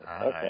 okay